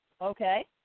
Okay